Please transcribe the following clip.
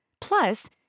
Plus